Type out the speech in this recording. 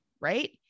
right